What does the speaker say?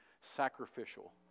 sacrificial